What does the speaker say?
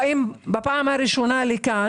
רשמתי בפניי את ההערה של נשיא האוניברסיטה.